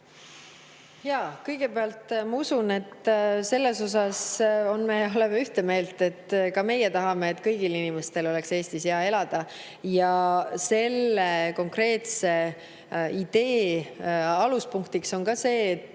Kõigepealt, ma usun, et selles me oleme ühte meelt: ka meie tahame, et kõigil inimestel oleks Eestis hea elada. Selle konkreetse idee aluspunktiks on see, et